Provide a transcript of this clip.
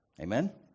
Amen